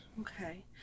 okay